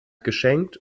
geschenkt